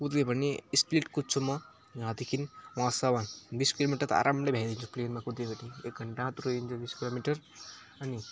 कुद्यो भने स्पिड कुद्छु म यहाँदेखिन् वहाँसम्म बिस किलोमिटर त आरामले भ्याइदिन्छु प्लेनमा कुद्यो भने एक घन्टामा पुर्याइदिन्छु बिस किलोमिटर अनि